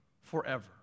forever